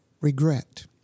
Regret